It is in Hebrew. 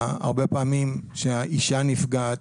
הרבה פעמים שהאישה נפגעת,